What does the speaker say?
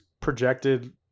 projected